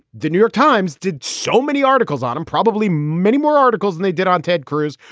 the new york times did so many articles on him probably many more articles and they did on ted cruz.